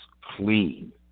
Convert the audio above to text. clean